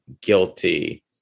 guilty